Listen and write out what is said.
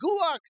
Gulak